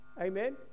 amen